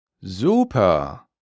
Super